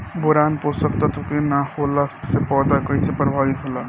Boron पोषक तत्व के न होला से पौधा कईसे प्रभावित होला?